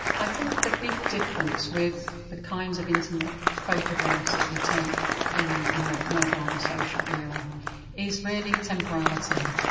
i think the big difference with the kinds of intimate photographs that we take in in the mobile and social era is really temporality.